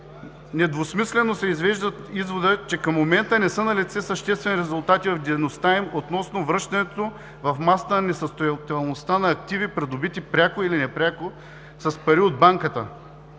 недвусмислено се извежда изводът, че към момента не са налице съществени резултати от дейността им относно връщането в масата на несъстоятелността на активи, придобити пряко или непряко с пари от банката.